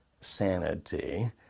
sanity